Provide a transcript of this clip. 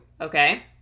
okay